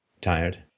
tired